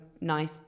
nice